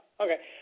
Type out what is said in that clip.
Okay